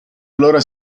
allora